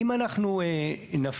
אם אנחנו נפנה,